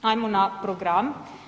Ajmo na program.